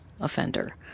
offender